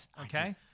Okay